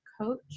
coach